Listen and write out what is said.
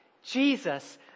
Jesus